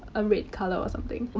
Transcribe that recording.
a red color or something.